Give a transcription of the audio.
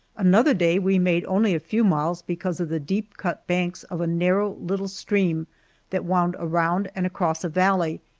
another day we made only a few miles because of the deep-cut banks of a narrow little stream that wound around and across a valley,